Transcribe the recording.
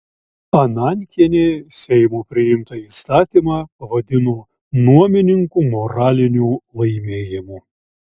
anankienė seimo priimtą įstatymą pavadino nuomininkų moraliniu laimėjimu